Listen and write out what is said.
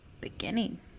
beginning